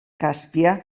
càspia